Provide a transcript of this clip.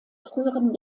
früheren